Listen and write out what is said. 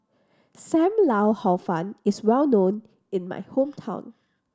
Sam Lau Hor Fun is well known in my hometown